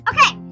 Okay